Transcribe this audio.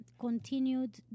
continued